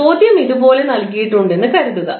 ചോദ്യം ഇതുപോലെ നൽകിയിട്ടുണ്ടെന്ന് കരുതുക